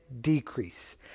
decrease